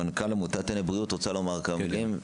מנכ"ל עמותת "טנא בריאות" רוצה לומר כמה מילים.